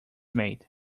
mate